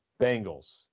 Bengals